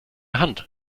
hand